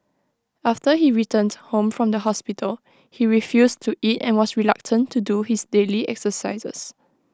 after he returned home from the hospital he refused to eat and was reluctant to do his daily exercises